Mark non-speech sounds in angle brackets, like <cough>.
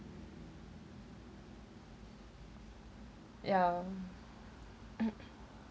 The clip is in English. ya <coughs>